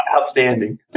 Outstanding